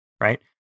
right